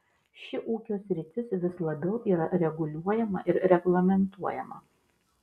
ši ūkio sritis vis labiau yra reguliuojama ir reglamentuojama